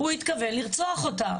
הוא התכוון לרצוח אותה.